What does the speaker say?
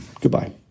Goodbye